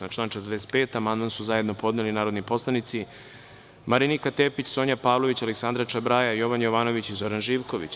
Na član 45. amandman su zajedno podneli narodni poslanici Marinika Tepić, Sonja Pavlović, Aleksandra Čabraja, Jovan Jovanović i Zoran Živković.